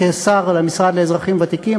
שר המשרד לאזרחים ותיקים,